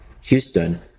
Houston